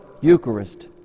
Eucharist